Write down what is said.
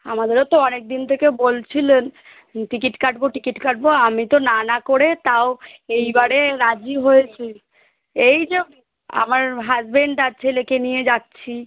আমাদেরও তো অনেক দিন থেকে বলছিলেন টিকিট কাটবো টিকিট কাটবো আমি তো না না করে তাও এইবারে রাজি হয়েছি এই যে আমার হাসবেন্ড আর ছেলে নিয়ে যাচ্ছি